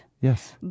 Yes